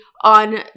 on